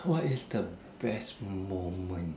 what is the best moment